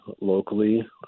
locally